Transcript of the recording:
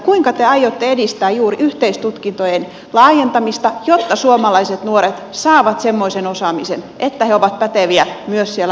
kuinka te aiotte edistää juuri yhteistutkintojen laajentamista jotta suomalaiset nuoret saavat semmoisen osaamisen että he ovat päteviä myös siellä aasian työmarkkinoilla